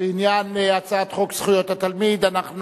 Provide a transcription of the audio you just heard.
בעניין הצעת חוק זכויות התלמיד אנחנו